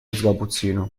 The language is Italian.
sgabuzzino